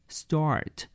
start